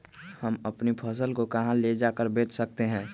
हम अपनी फसल को कहां ले जाकर बेच सकते हैं?